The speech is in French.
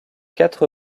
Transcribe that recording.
quatre